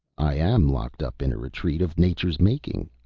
i am locked up in a retreat of nature's making,